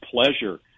pleasure